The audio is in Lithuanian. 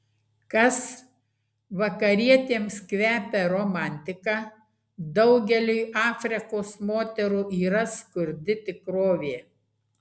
kas vakarietėms kvepia romantika daugeliui afrikos moterų yra skurdi tikrovė